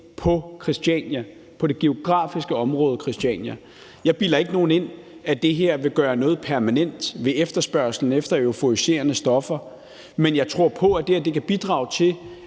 på Christiania, det geografiske område Christiania. Jeg bilder ikke nogen ind, at det her vil gøre noget permanent ved efterspørgslen efter euforiserende stoffer. Men jeg tror på, at det her kan bidrage til